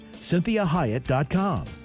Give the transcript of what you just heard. CynthiaHyatt.com